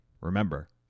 remember